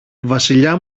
βασιλιά